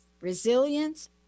Resilience